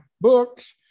books